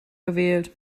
gewählt